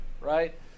right